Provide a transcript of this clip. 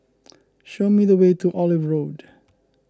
show me the way to Olive Road